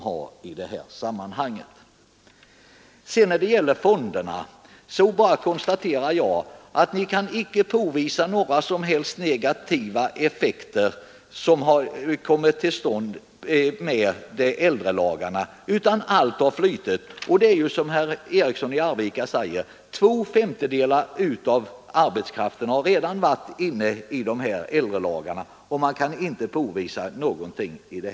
När det gäller fonderna konstaterar jag att ni icke kan påvisa några som helst negativa effekter av äldrelagarna, utan allt har flutit. Det är som herr Eriksson i Arvika säger — två femtedelar av arbetskraften har redan omfattats av äldrelagarna, och man kan inte påvisa någonting negativt.